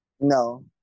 No